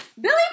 Billy